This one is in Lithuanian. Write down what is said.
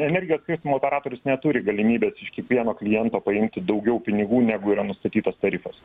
energijos skirstymo operatorius neturi galimybės iš kiekvieno kliento paimti daugiau pinigų negu yra nustatytas tarifas